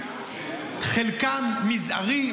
חלקם מזערי,